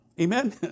Amen